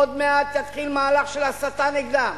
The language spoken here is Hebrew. עוד מעט יתחיל מהלך של הסתה נגדם.